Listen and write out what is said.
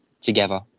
together